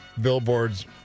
billboards